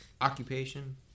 Occupation